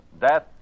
Death